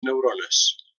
neurones